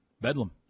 Bedlam